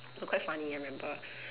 but quite funny I remember